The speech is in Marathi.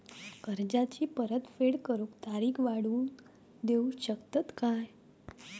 कर्जाची परत फेड करूक तारीख वाढवून देऊ शकतत काय?